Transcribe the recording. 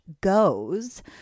goes